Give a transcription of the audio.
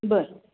बरं